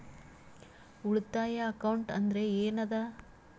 ಉಳಿತಾಯ ಅಕೌಂಟ್ ಅಂದ್ರೆ ಏನ್ ಅದ?